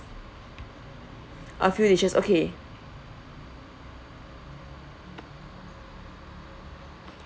a few dishes okay